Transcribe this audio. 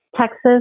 Texas